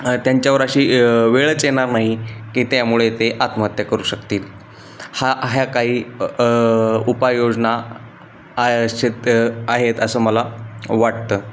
त्यांच्यावर अशी वेळच येणार नाही की त्यामुळे ते आत्महत्या करू शकतील हा ह्या काही उपाययोजना आयश्चित आहेत असं मला वाटतं